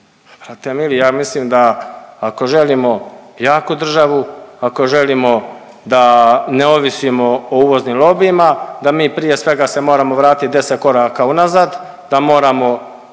Brate mili ja mislim da ako želimo jaku državu, ako želimo da ne ovisimo o uvoznim lobijima da mi prije svega se moramo vratiti 10 koraka unazad, da moramo